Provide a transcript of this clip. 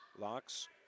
Locks